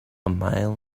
mile